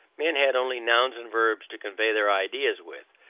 men had only nouns and verbs to convey their ideas with,